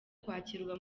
kwakirwa